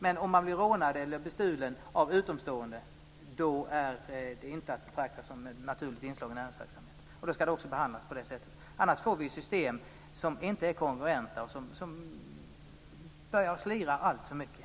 Men om man blir rånad eller bestulen av utomstående är det inte att betrakta som ett naturligt inslag i näringsverksamhet, och då ska det också behandlas på det sättet. Annars får vi system som inte är kongruenta och som börjar slira alltför mycket.